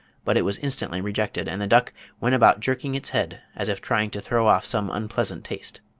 but it was instantly rejected and the duck went about jerking its head, as if trying to throw off some unpleasant taste.